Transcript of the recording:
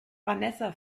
vanessa